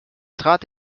trat